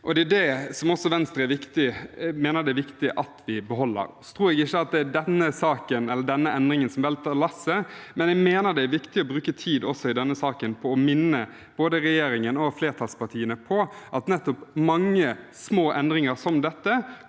Det er det Venstre også mener det er viktig at vi beholder. Jeg tror ikke det er denne endringen som velter lasset, men jeg mener det er viktig å bruke tid også i denne saken på å minne både regjeringen og flertallspartiene på at nettopp mange små endringer som dette,